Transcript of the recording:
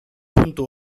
puntu